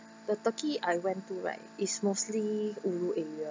the turkey I went to right is mostly ulu area